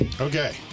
Okay